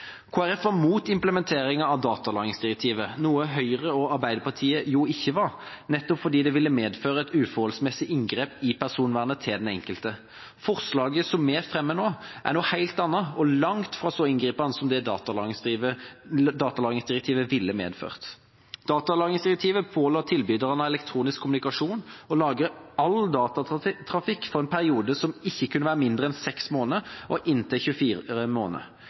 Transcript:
Folkeparti var imot implementeringen av datalagringsdirektivet – noe Høyre og Arbeiderpartiet ikke var – nettopp fordi det ville medføre et uforholdsmessig inngrep i den enkeltes personvern. Forslaget som vi fremmer nå, er noe helt annet og langt fra så inngripende som datalagringsdirektivet ville vært. Datalagringsdirektivet påla tilbyderne av elektronisk kommunikasjon å lagre alle datatrafikk i en periode som ikke kunne være mindre enn seks måneder og inntil 24 måneder.